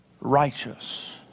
righteous